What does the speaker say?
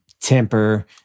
temper